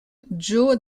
joe